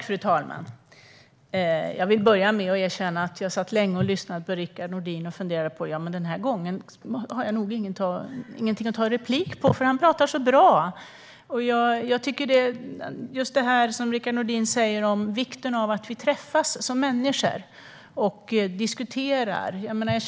Fru talman! Jag ska erkänna att jag satt länge och lyssnade på Rickard Nordin och tänkte att den här gången har jag nog ingenting att ta replik på; han pratar så bra. Rickard Nordin talade just om vikten av att vi träffas som människor och diskuterar.